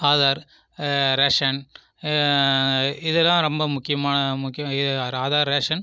Aadhaar ration இது எல்லாம் ரொம்ப முக்கியமான முக்கிய ஆதார் ரேஷன்